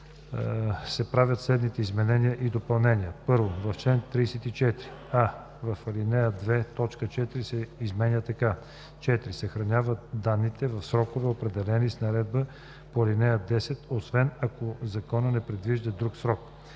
се правят следните изменения и допълнения: 1. В чл. 34: а) в ал. 2 т. 4 се изменя така: „4. съхраняват данните в срокове, определени с наредбата по ал. 10, освен ако закон не предвижда друг срок.”;